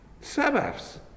Sabbaths